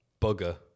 bugger